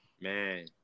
Man